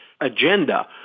agenda